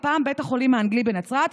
הפעם בית החולים האנגלי בנצרת,